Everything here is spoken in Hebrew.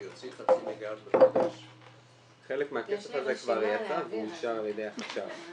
הוא הוציא חצי מיליארד --- חלק מהכסף הזה כבר יצא ואושר על ידי החשב.